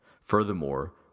Furthermore